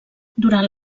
durant